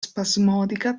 spasmodica